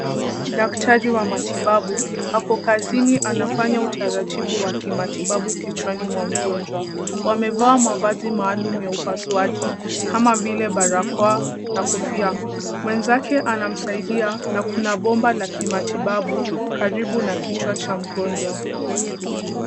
Daktari wa matibabu ako kazini anafanya utaratibu wa kimatibabu kichwani mwa mgonjwa. Wamevaa mavazi maalum ya upasuaji kama vile barakoa na kofia. Mwenzake anamsaidia na kuna bomba la kimatibabu karibu na kichwa cha mgonjwa.